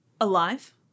Alive